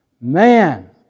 Man